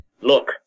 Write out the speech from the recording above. Look